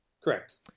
Correct